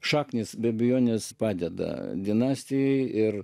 šaknys be abejonės padeda dinastijai ir